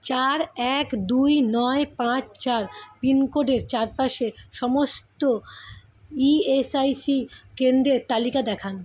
চার এক দুই নয় পাঁচ চার পিনকোডের চারপাশে সমস্ত ইএসআইসি কেন্দ্রের তালিকা দেখান